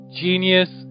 genius